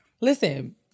listen